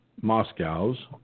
Moscow's